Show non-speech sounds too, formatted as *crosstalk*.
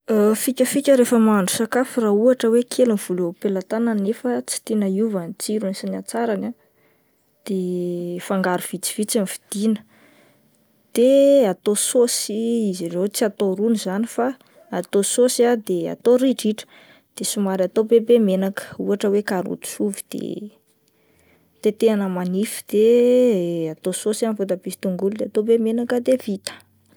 *hesitation* Fikafika rehefa mahandro sakafo raha ohatra hoe kely ny vola eo am-pelatanana nefa tsy tiana hiova ny tsirony sy ny hatsarany ah de fangaro vitsivitsy no vidiana de atao sôsy izy ireo, tsy atao rony izany fa atao sôsy ah de atao ridritra de somary atao be be menaka, ohatra karoty sy ovy de tetehina manify de atao sôsy amin'ny voatabia sy tongolo dia atao be menaka dia vita.